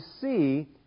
see